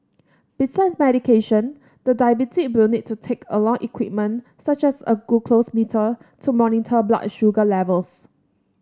besides medication the diabetic will need to take along equipment such as a glucose meter to monitor blood sugar levels